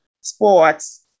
sports